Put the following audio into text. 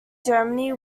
germany